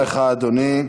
תודה לך, אדוני.